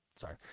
Sorry